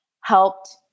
helped